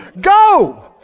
Go